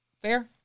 Fair